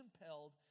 impelled